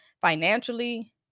financially